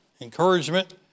encouragement